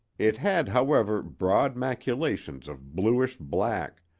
it had, however, broad maculations of bluish black,